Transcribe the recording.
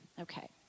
Okay